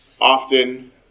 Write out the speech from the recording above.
often